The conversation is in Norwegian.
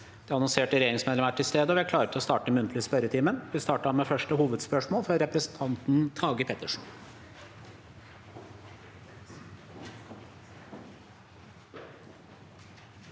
De annonserte regjeringsmedlemmene er til stede, og vi er klare til å starte den muntlige spørretimen. Vi starter da med første hovedspørsmål, fra representanten Tage Pettersen.